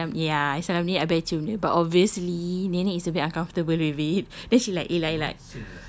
then bila I salam ya I salam nenek abeh I cium dia but obviously nenek is a bit uncomfortable with it then she like elak-elak